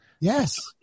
Yes